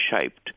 shaped